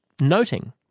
noting